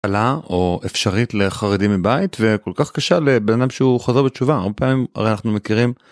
או אפשרית לחרדים מבית. וכל כך קשה לבן אדם שהוא חזר בתשובה. הרבה פעמים, הרי אנחנו מכירים